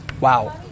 Wow